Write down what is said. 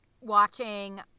watching